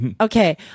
Okay